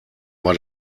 war